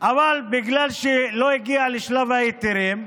אבל בגלל שהוא לא הגיע לשלב ההיתרים,